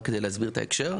רק כדי להסביר את ההקשר,